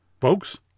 Folks